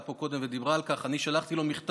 פה קודם ודיברה על כך: אני שלחתי לו מכתב